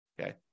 Okay